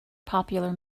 popular